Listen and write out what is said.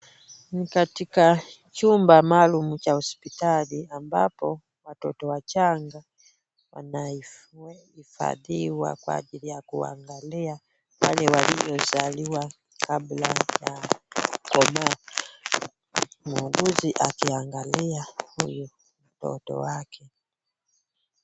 Ni katika chumba maalum cha hospitali, ambapo watoto wachanga wanahifadhiwa kwa ajili ya kuwaangalia wale waliozaliwa kabla ya kukomaa muuguzi akiangalia huyu mtoto wake.